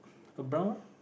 about